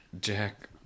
Jack